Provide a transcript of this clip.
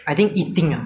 like vomit like that